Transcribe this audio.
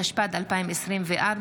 התשפ"ד 2024,